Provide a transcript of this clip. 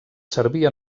servir